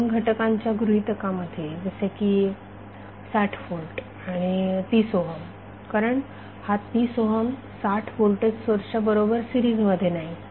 पुढील दोन घटकांच्या गृहितकामध्ये जसे की 60 व्होल्ट आणि 30 ओहम कारण हा 30 ओहम 60 व्होल्ट सोर्सच्या बरोबर सिरीज मध्ये नाही